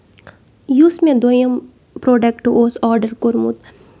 یُس مےٚ دوٚیُم پروڈکٹ اوس آرڈر کوٚرمُت